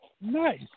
Nice